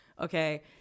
okay